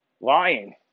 Lying